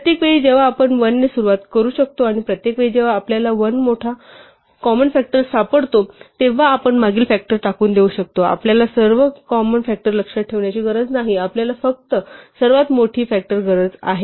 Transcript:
प्रत्येक वेळी जेव्हा आपण 1 ने सुरुवात करू शकतो आणि प्रत्येक वेळी जेव्हा आपल्याला एक मोठा कॉमन फ़ॅक्टर सापडतो तेव्हा आपण मागील फ़ॅक्टर टाकून देऊ शकतो आपल्याला सर्व कॉमन फ़ॅक्टर लक्षात ठेवण्याची गरज नाही आपल्याला फक्त सर्वात मोठी फ़ॅक्टर गरज आहे